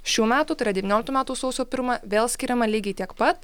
šių metų tai yra devynioliktų metų sausio pirmą vėl skiriama lygiai tiek pat